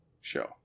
show